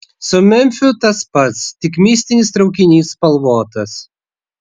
su memfiu tas pats tik mistinis traukinys spalvotas